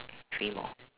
three more